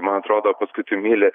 man atrodo paskui tu myli